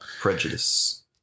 prejudice